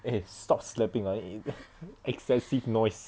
eh stop slapping ah exces~ excessive noise